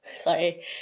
sorry